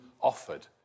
offered